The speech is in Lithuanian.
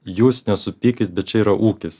jūs nesupykit bet čia yra ūkis